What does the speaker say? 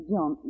John